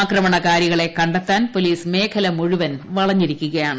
ആക്രമണകാരികളെ ക്ക ത്താൻ പോലീസ് മേഖല മുഴുവൻ വളഞ്ഞിരിക്കുകയാണ്